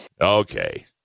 Okay